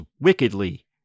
wickedly